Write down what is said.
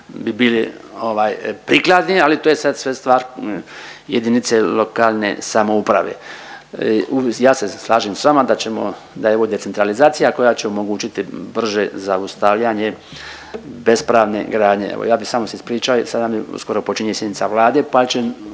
bi bili ovaj prikladni, ali to je sad sve stvar jedinice lokalne samouprave. Ja se slažem s vama da ćemo, da je ovo decentralizacija koja će omogućiti brže zaustavljanje bespravne gradnje. Evo ja bi samo se ispričao, sada mi uskoro počinje sjednica Vlade pa će